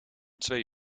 twee